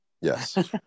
Yes